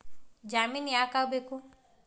ಜಾಮಿನ್ ಯಾಕ್ ಆಗ್ಬೇಕು?